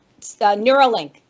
Neuralink